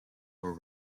were